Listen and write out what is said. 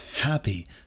happy